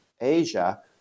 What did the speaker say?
Asia